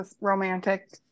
romantic